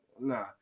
nah